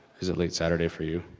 is it late saturday for you?